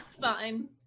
Fine